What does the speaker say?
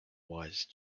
wise